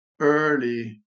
early